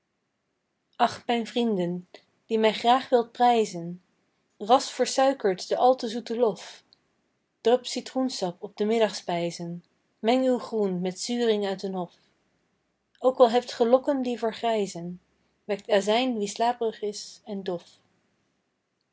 ach mijn vrienden die mij graag wilt prijzen ras versuikert de al te zoete lof drup citroensap op de middagspijzen meng uw groen met zuring uit den hof ook al hebt ge lokken die vergrijzen wekt azijn wie slaperig is en dof